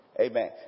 Amen